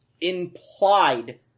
implied